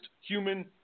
human